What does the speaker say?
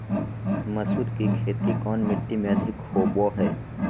मसूर की खेती कौन मिट्टी में अधीक होबो हाय?